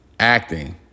acting